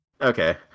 Okay